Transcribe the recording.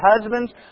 ...Husbands